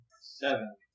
seven